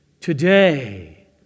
Today